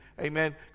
Amen